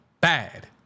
bad